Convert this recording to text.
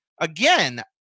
again